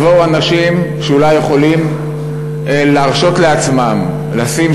יבואו אנשים שאולי יכולים להרשות לעצמם לשים